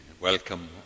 welcome